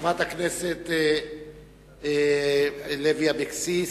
חברת הכנסת לוי אבקסיס,